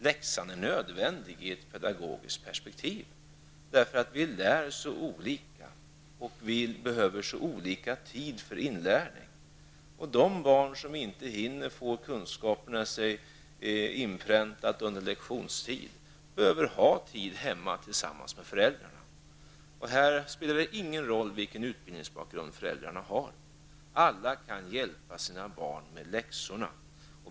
Läxan är nödvändig i ett pedagogiskt perspektiv, för vi lär så olika och behöver så olika tid för inlärning. De barn som inte hinner få kunskaperna inpräntade under lektionstiden behöver ha tid hemma tillsammans med föräldrarna. Här spelar det ingen roll vilken utbildningsbakgrund föräldrarna har. Alla kan hjälpa sina barn med läxorna.